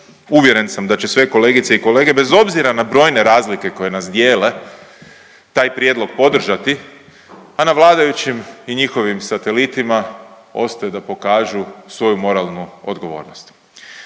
uvjeren sam da će sve kolegice i kolege bez obzira na brojne razlike koje nas dijele, taj prijedlog podržati, a na vladajućim i njihovim satelitima ostaju da pokažu svoju moralnu odgovornost.